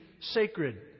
sacred